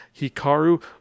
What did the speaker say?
hikaru